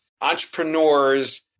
entrepreneurs